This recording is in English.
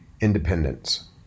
independence